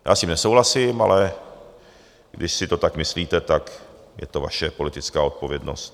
Já s tím nesouhlasím, ale když si to tak myslíte, je to vaše politická odpovědnost.